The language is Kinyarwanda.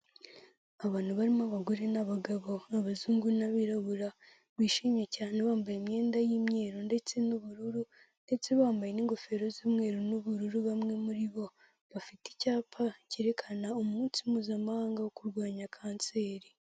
Abantu barimo abagore n'abagabo b'abazungu n'abirabura, bishimye cyane bambaye imyenda y'imyeru ndetse n'ubururu ndetse bambaye n'ingofero z'umweru n'ubururu bamwe muri bo, bafite icyapa cyerekana umunsi mpuzamahanga wo kurwanya kanseri.